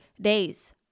days